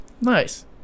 Nice